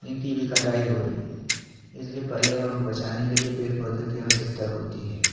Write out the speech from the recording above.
इनकी भी कटाई हो रही है इसलिए पर्यावरण को बचाने के लिए पेड़ पौधों की आवश्यकता होती है